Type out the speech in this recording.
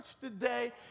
today